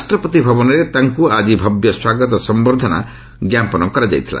ରାଷ୍ଟ୍ରପତି ଭବନରେ ତାଙ୍କୁ ଆଜି ଭବ୍ୟ ସ୍ୱାଗତ ସମ୍ଭର୍ଦ୍ଧନା ଜ୍ଞାପନ କରାଯାଇଥିଲା